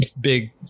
big